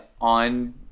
on